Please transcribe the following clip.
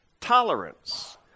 tolerance